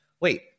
wait